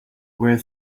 were